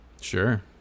sure